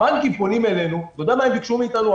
הבנקים פונים אלינו אתה יודע מה הם ביקשו מאיתנו,